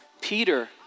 Peter